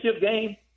game